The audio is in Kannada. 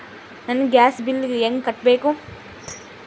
ನನ್ನ ಗ್ಯಾಸ್ ಬಿಲ್ಲು ಹೆಂಗ ಕಟ್ಟಬೇಕು?